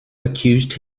accused